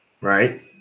right